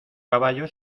caballo